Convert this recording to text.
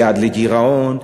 יעד לגירעון,